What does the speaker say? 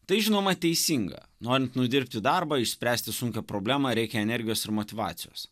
tai žinoma teisinga norint nudirbti darbą išspręsti sunkią problemą reikia energijos ir motyvacijos